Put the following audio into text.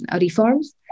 reforms